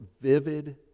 vivid